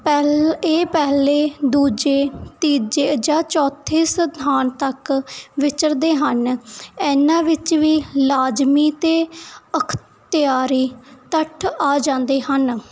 ਪਹਿਲਾਂ ਇਹ ਪਹਿਲੇ ਦੂਜੇ ਤੀਜੇ ਜਾਂ ਚੌਥੇ ਸਥਾਨ ਤੱਕ ਵਿਚਰਦੇ ਹਨ ਇਹਨਾਂ ਵਿੱਚ ਵੀ ਲਾਜ਼ਮੀ ਅਤੇ ਅਖਤਿਆਰੀ ਤੱਥ ਆ ਜਾਂਦੇ ਹਨ